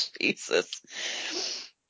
Jesus